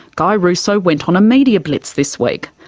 guy russo went on a media blitz this week,